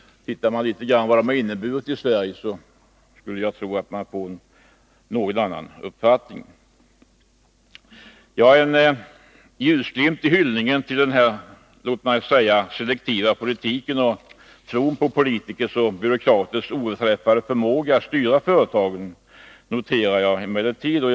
Ser man litet på vad de har inneburit för Sverige, tror jag att man får en något annan uppfattning. En ljusglimt i hyllningen till den selektiva politiken och tron på politikers och byråkraters oöverträffade förmåga att styra företagen noterar jag dock.